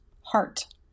HEART